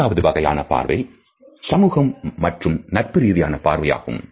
இரண்டாவது வகையான பார்வை சமூகம் மற்றும் நட்பு ரீதியான பார்வையாகும்